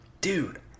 Dude